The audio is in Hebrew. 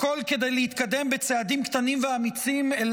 הכול כדי להתקדם בצעדים קטנים ואמיצים אל